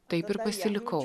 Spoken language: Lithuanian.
taip ir pasilikau